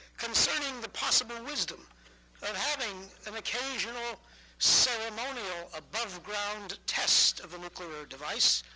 concerning the possible wisdom of having an occasional ceremonial above-ground test of a nuclear device,